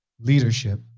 leadership